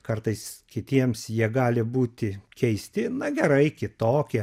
kartais kitiems jie gali būti keisti na gerai kitokie